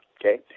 okay